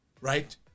right